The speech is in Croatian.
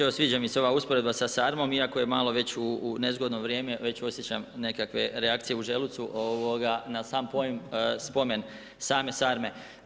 Evo sviđa mi se ova usporedba sa sarmom iako je malo već u nezgodno vrijeme, već osjećam nekakve reakcije u želucu na sam spomen same sarme.